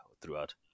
throughout